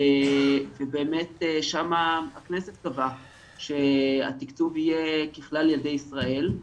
ובאמת שם הכנסת קבעה שהתקצוב יהיה ככלל ילדי ישראל,